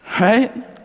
right